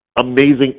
amazing